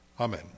Amen